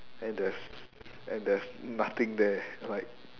and there's and there's nothing there like